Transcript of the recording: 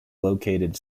located